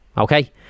Okay